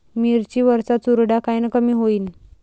मिरची वरचा चुरडा कायनं कमी होईन?